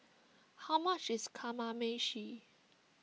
how much is Kamameshi